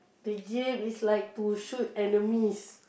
the game is like to shoot enemies